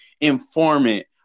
informant